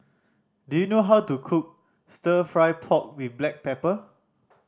do you know how to cook Stir Fry pork with black pepper